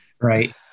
Right